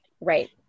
Right